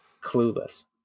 Clueless